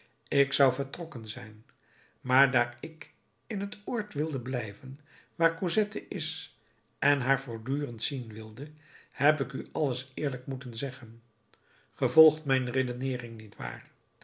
ik zou vertrokken zijn maar daar ik in het oord wilde blijven waar cosette is en haar voortdurend zien wilde heb ik u alles eerlijk moeten zeggen ge volgt mijn redeneering niet waar